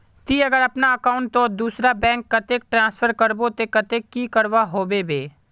ती अगर अपना अकाउंट तोत दूसरा बैंक कतेक ट्रांसफर करबो ते कतेक की करवा होबे बे?